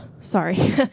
sorry